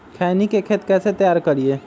खैनी के खेत कइसे तैयार करिए?